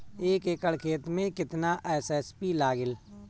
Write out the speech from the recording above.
एक एकड़ खेत मे कितना एस.एस.पी लागिल?